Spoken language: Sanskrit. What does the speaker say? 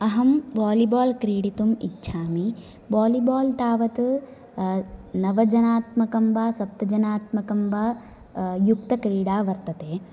अहं वालीबाल् क्रीडितुम् इच्छामि वालीबाल् तावत् नवजनात्मकं वा सप्तजनात्मकं वा युक्तक्रीडा वर्तते